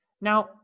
Now